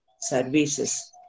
services